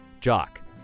Jock